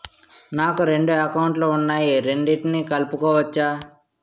నాకు రెండు అకౌంట్ లు ఉన్నాయి రెండిటినీ కలుపుకోవచ్చా?